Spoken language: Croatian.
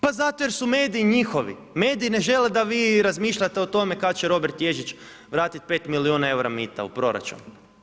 Pa zato jer su mediji njihovi, mediji ne žele da vi razmišljate o tome kad će Robert Ježić vratiti 5 milijuna eura mita u proračun.